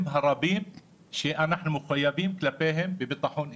הרבים שאנחנו מחויבים כלפיהם בביטחון אישי.